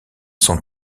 son